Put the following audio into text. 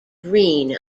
greene